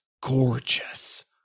gorgeous